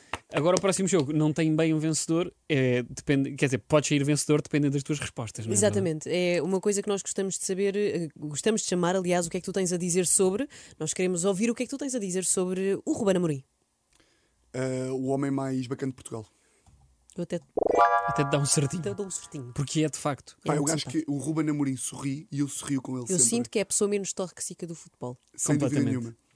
Agora, o próximo jogo. Não tem bem um vencedor, eh, depende- quer dizer, pode sair vencedor dependendo das tuas respostas, não é verdade? Exatamente. É uma coisa que nós gostamos de saber, eh, gostamos de chamar, aliás, o que é que tu tens a dizer sobre. Nós queremos ouvir o que é que tu tens a dizer sobre o Ruben Amorim. Eh, o homem mais bacana de Portugal. Eu até- Até te dar um certinho. Até eu dou um certinho. Porque é de facto. Pá, É eu muito acho simpático. que o Ruben Amorim sorri e eu sorrio com ele Eu sempre. sinto que é a pessoa menos tóxica do futebol. Sem dúvida Sim, completamente. nenhuma.